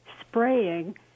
spraying